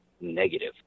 negative